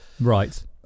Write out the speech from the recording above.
Right